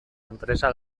enpresa